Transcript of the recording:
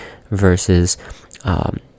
versus